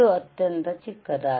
ಇದು ಅತ್ಯಂತ ಚಿಕ್ಕದಾಗಿದೆ